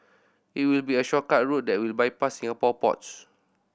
it will be a shortcut route that will bypass Singapore ports